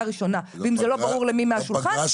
ראשונה ואם זה לא ברור למי מהשולחן,